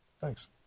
Thanks